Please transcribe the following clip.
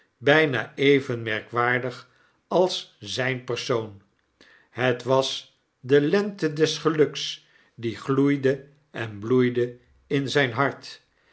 bijna even merkwaardig als zijn persoon het was de lente des geluks die gloeide en bloeide in zijn hart